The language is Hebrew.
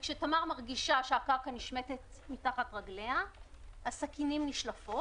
וכשתמר מרגישה שהקרקע נשמטת מתחת רגליה הסכינים נשלפות